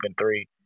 three